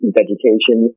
vegetation